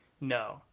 No